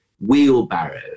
wheelbarrow